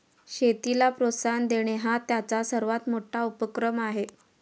शेतीला प्रोत्साहन देणे हा त्यांचा सर्वात मोठा उपक्रम आहे